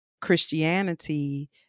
Christianity